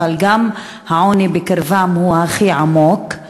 אבל גם העוני בקרבם הוא הכי עמוק.